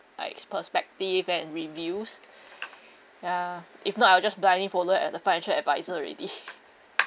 like perspective and reviews ya if not I will just blindly follow at the financial adviser already